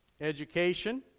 education